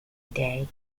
day